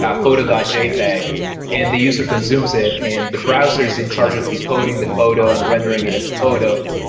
ah photo and jpeg, and the user consumes it and the browser is in charge or decoding the photo and rendering it as a photo.